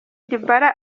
dybala